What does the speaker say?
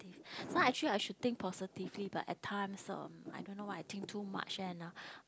not actually I should think positively but at times um I don't know I think too much and